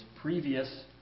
previous